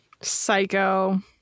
Psycho